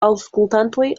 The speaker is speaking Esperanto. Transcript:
aŭskultantoj